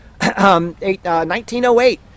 1908